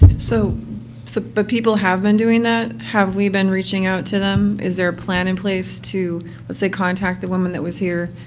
so so but people have been doing that? have you been reaching out to them? is there a plan in place to, let's say, contact the woman that was here?